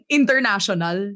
international